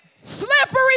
Slippery